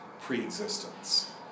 pre-existence